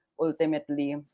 ultimately